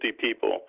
people